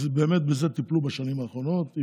אז באמת בזה טיפלו בשנים האחרונות.